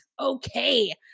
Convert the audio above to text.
Okay